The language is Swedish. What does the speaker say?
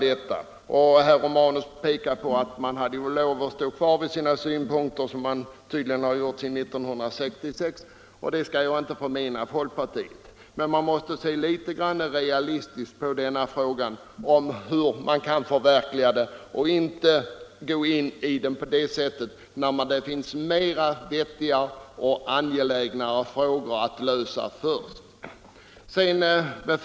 Herr Romanus påpekade att folkpartiet hade rätt att stå fast vid sina synpunkter, såsom man tydligen gjort sedan 1966. Jag skall inte förmena folkpartiet det, men man måste se litet realistiskt på denna fråga och ta hänsyn till att det finns mer angelägna frågor som först måste lösas.